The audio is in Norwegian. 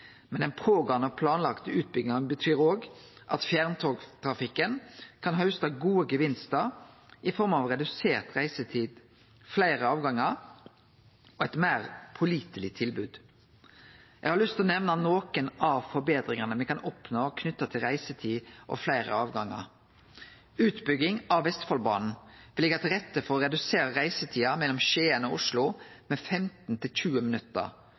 Men den pågåande planlagde utbygginga betyr òg at fjerntogtrafikken kan hauste gode gevinstar i form av redusert reisetid, fleire avgangar og eit meir påliteleg tilbod. Eg har lyst til å nemne nokre av forbetringane me kan oppnå knytte til reisetid og fleire avgangar. Utbygging av Vestfoldbanen vil leggje til rette for å redusere reisetida mellom Skien og Oslo med 15–20 minutt, i tillegg til